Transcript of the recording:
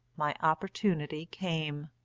my opportunity came.